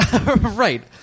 Right